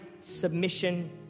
submission